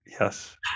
Yes